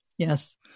Yes